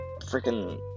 freaking